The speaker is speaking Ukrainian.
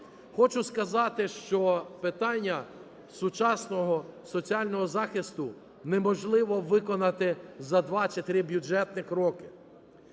Хочу сказати, що питання сучасного соціального захисту неможливо виконати за 2 чи 3 бюджетних роки.